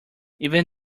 even